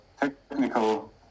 technical